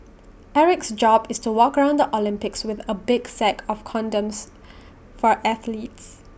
Eric's job is to walk around the Olympics with A big sack of condoms for athletes